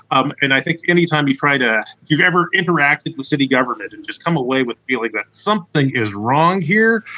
um and i think anytime you try to you've ever interacted with city government, and just come away with feeling that something is wrong here.